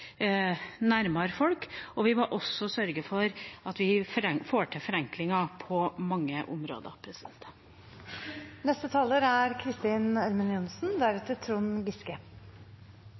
folk, og vi må også sørge for at vi får til forenklinger på mange områder. Norge er